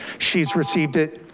she's received it,